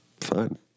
Fine